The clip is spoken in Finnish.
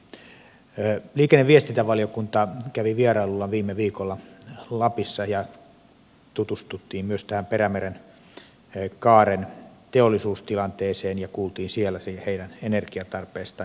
liikenne ja viestintävaliokunta kävi vierailulla viime viikolla lapissa ja tutustuttiin myös perämerenkaaren teollisuustilanteeseen ja kuultiin siellä heidän energiatarpeistaan